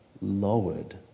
lowered